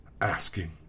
asking